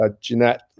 Jeanette